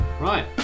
Right